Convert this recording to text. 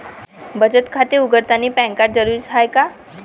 बचत खाते उघडतानी पॅन कार्ड जरुरीच हाय का?